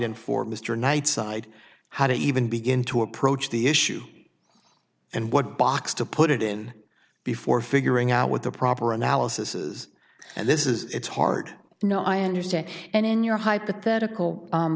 and for mr nightside how to even begin to approach the issue and what box to put it in before figuring out what the proper analysis is and this is it's hard to know i understand and in your hypothetical